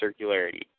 circularity